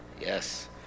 Yes